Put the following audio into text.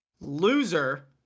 loser